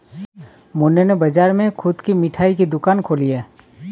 मन्नू ने बाजार में खुद की मिठाई की दुकान खोली है